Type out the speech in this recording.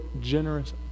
generous